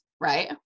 right